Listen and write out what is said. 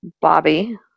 Bobby